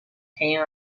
came